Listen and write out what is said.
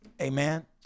Amen